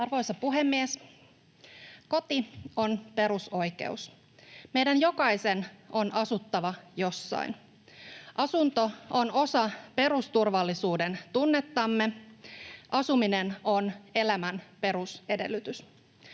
Arvoisa puhemies! Koti on perusoikeus: meidän jokaisen on asuttava jossain. Asunto on osa perusturvallisuudentunnettamme. Asuminen on elämän perusedellytys.